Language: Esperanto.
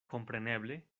kompreneble